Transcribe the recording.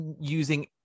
using